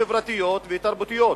חברתיות ותרבותיות.